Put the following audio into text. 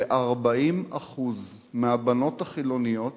ב-40% מהבנות החילוניות